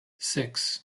six